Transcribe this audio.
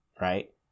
Right